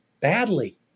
badly